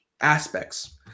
aspects